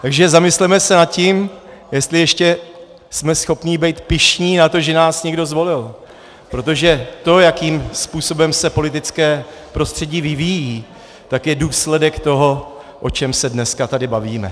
Takže zamysleme se nad tím, jestli ještě jsme schopni být pyšní na to, že nás někdo zvolil, protože to, jakým způsobem se politické prostředí vyvíjí, tak je důsledek toho, o čem se dneska tady bavíme.